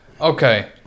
Okay